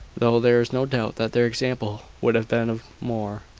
though there is no doubt that their example would have been of more.